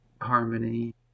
Harmony